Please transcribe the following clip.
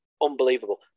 unbelievable